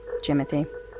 Jimothy